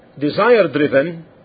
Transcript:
desire-driven